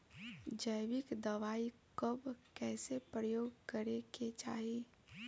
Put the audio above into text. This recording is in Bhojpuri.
जैविक दवाई कब कैसे प्रयोग करे के चाही?